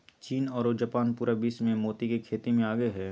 चीन आरो जापान पूरा विश्व मे मोती के खेती मे आगे हय